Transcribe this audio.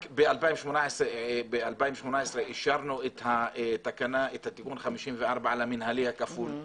רק ב-2018 אישרנו את תיקון 54 למנהלי הכפול,